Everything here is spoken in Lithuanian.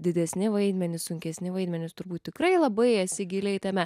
didesni vaidmenys sunkesni vaidmenys turbūt tikrai labai esi giliai tame